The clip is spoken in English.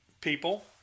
people